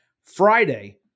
Friday